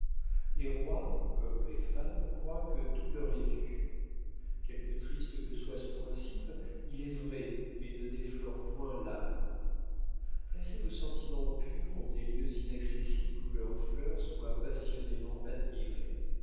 les rois comme les femmes croient que tout leur est dû quelque triste que soit ce principe il est vrai mais ne déflore point l'âme placez vos sentiments purs en des lieux inaccessibles où leurs fleurs soient passionnément admirées